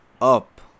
up